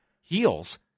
heels